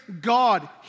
God